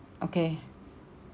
okay